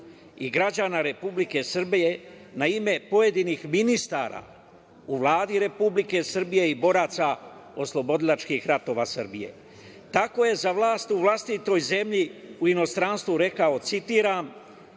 i građana Republike Srbije, na ime pojedinih ministara u Vladi Republike Srbije i boraca oslobodilačkih ratova Srbije. Tako je za vlast u vlastitoj zemlji u inostranstvu rekao, citiram: